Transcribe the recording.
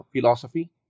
philosophy